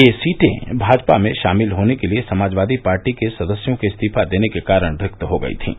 ये सीटें भाजपा में शामिल होने के लिए समाजवादी पार्टी के सदस्यों के इस्तीफा देने के कारण रिक्त हो गई थीँ